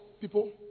people